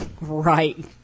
Right